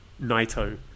naito